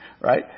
Right